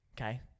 Okay